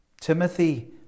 Timothy